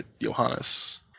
Johannes